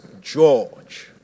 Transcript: George